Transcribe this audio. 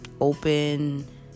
open